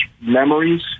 memories